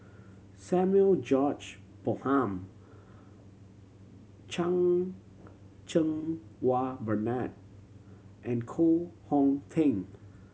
Samuel George Bonham Chan Cheng Wah Bernard and Koh Hong Teng